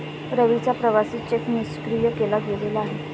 रवीचा प्रवासी चेक निष्क्रिय केला गेलेला आहे